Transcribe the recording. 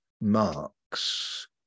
Marx